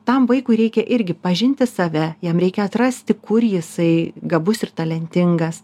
tam vaikui reikia irgi pažinti save jam reikia atrasti kur jisai gabus ir talentingas